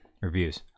reviews